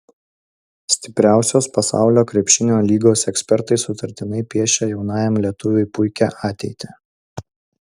stipriausios pasaulio krepšinio lygos ekspertai sutartinai piešia jaunajam lietuviui puikią ateitį